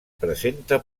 presenta